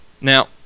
now